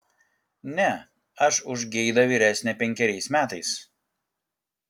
ne aš už geidą vyresnė penkeriais metais